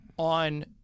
on